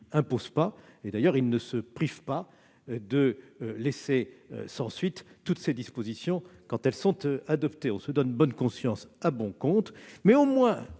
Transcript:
d'autre part, parce qu'il ne se prive pas de laisser sans suite toutes ces dispositions quand elles sont adoptées. On se donne bonne conscience à bon compte. Chère